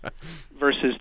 versus